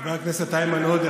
חבר הכנסת איימן עודה,